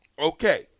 Okay